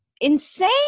insane